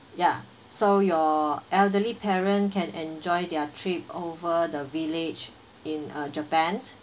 ya so your elderly parent can enjoy their trip over the village in uh japan